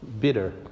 Bitter